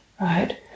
right